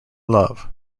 love